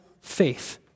faith